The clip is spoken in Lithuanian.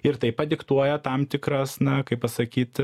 ir tai padiktuoja tam tikras na kaip pasakyti